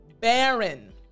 Baron